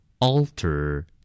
Alter